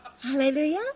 Hallelujah